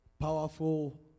powerful